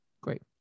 Great